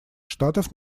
штатов